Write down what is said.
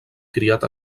criat